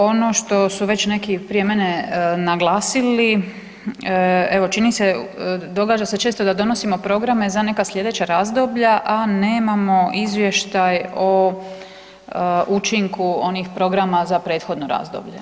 Ono što su već neki prije mene naglasili, evo čini se, događa se često da donosimo programe za neka sljedeća razdoblja, a nemamo izvještaj o učinku onih programa za prethodno razdoblje.